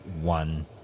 one